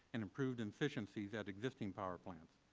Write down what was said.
and improved and efficiencies at existing power plants.